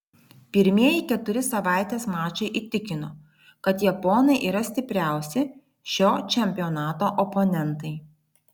pirmieji keturi savaitės mačai įtikino kad japonai yra stipriausi šio čempionato oponentai